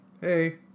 Hey